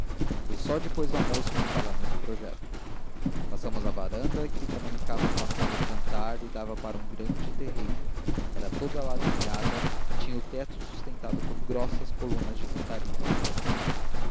foi só depois do almoço que falamos do projeto passamos à varanda que comunicava com a sala de jantar e dava para um grande terreiro era toda ladrilhada e tinha o tecto sustentado por grossas colunas de cantaria